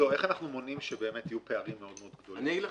איך אנחנו מונעים שיהיו פערים מאוד מאוד גדולים,